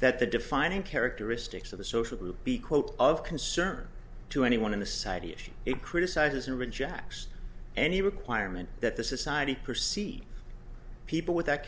that the defining characteristics of the social group be quote of concern to anyone in the society is it criticizes who rejects any requirement that the society proceed people with that